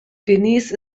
denise